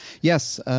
Yes